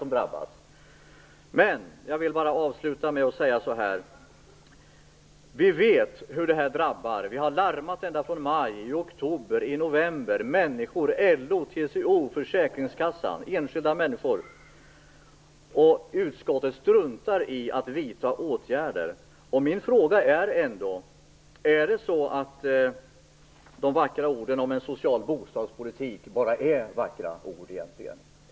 Men jag vill bara avsluta med att säga att vi vet hur detta drabbar. Vi har ända sedan maj, i oktober och november, larmat LO, TCO, försäkringskassan och enskilda människor, men utskottet struntar i att vidta åtgärder. Min fråga är: Är det så att de vackra orden om en social bostadspolitik bara är vackra ord egentligen?